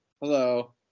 Hello